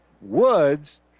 Woods